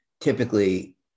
typically